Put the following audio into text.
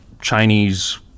Chinese